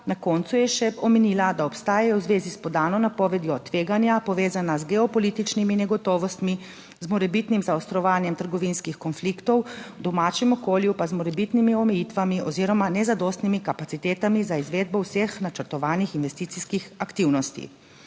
Na koncu je še omenila, da obstajajo v zvezi s podano napovedjo tveganja, povezana z geopolitičnimi negotovostmi, z morebitnim zaostrovanjem trgovinskih konfliktov v domačem okolju, pa z morebitnimi omejitvami oziroma nezadostnimi kapacitetami za izvedbo vseh načrtovanih investicijskih aktivnosti.